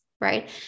right